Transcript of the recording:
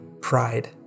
pride